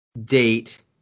Date